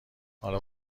حالا